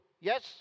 Yes